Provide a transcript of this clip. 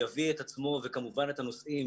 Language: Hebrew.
יביא את עצמו וכמובן את הנוסעים